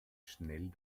schnell